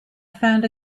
found